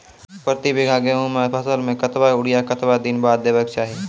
प्रति बीघा गेहूँमक फसल मे कतबा यूरिया कतवा दिनऽक बाद देवाक चाही?